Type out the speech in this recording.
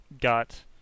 got